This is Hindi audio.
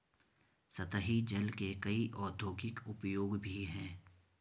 सतही जल के कई औद्योगिक उपयोग भी हैं